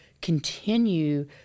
continue